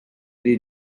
the